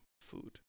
food